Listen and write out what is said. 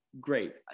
great